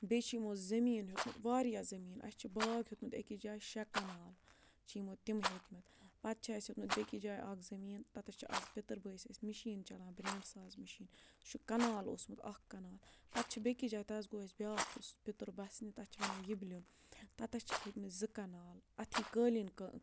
بیٚیہِ چھِ یِمو زٔمیٖن ہیوٚتمُت واریاہ زٔمیٖن اَسہِ چھِ باغ ہیوٚتمُت أکِس جایہِ شےٚ کَنال چھِ یِمو تِم ہیٚتۍمٕتۍ پَتہٕ چھِ اَسہِ ہیوٚتمُت بیٚکِس جایہِ اَکھ زٔمیٖن تَتٮ۪تھ چھِ آز پِتٕر بٲیِس اَسہِ مِشیٖن چَلان بریٚنٛڈ ساز مِشیٖن سُہ چھُ کَنال اوسمُت اَکھ کَنال پَتہٕ چھِ بیٚکِس جایہِ تَتٮ۪تھ گوٚو اَسہِ بیٛاکھ یُس پیٚتٕر بَسنہِ تَتھ چھِ وَنان یِبلیُن تَتَس چھِکھ ہیٚتۍمٕتۍ زٕ کَنال اَتھی قٲلیٖن کٔہ